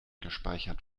gespeichert